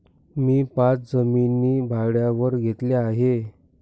मी पाच जमिनी भाड्यावर घेतल्या आहे